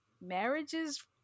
marriages